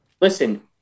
Listen